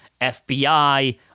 FBI